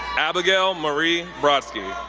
abigail mary brodsky,